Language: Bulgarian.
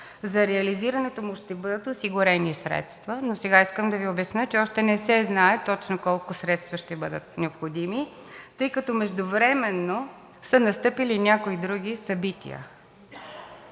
За реализирането му ще бъдат осигурени средства. Но сега искам да Ви обясня, че още не се знае точно колко средства ще бъдат необходими, тъй като междувременно са настъпили някои други събития,